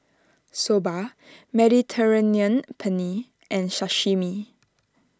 Soba Mediterranean Penne and Sashimi